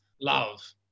love